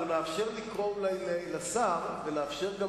אנחנו נאפשר אולי לקרוא לשר ונאפשר גם